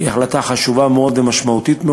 היא החלטה חשובה מאוד ומשמעותית מאוד.